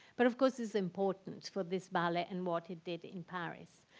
but of course it's important for this ballet and what it did in paris,